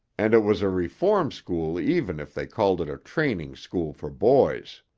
and it was a reform school even if they called it a training school for boys.